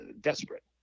desperate